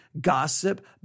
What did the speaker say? gossip